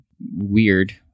weird